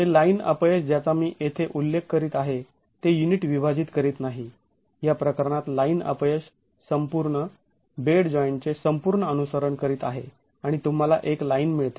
हे लाईन अपयश ज्याचा मी येथे उल्लेख करीत आहे ते युनिट विभाजित करीत नाही या प्रकरणात लाईन अपयश संपूर्ण बेड जॉईंटचे संपूर्ण अनुसरण करीत आहे आणि तुम्हाला एक लाईन मिळते